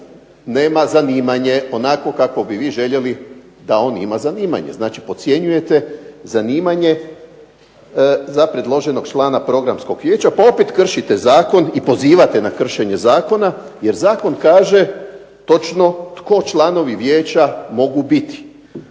nema zanimanje kakvo bi vi željeli da on ima zanimanje. Znači, podcjenjujete zanimanje za predloženog člana Programskog vijeća, pa opet kršite zakon i pozivate na kršenje zakona. Jer zakon kaže točno tko članovi Vijeća mogu biti,